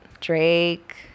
drake